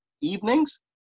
evenings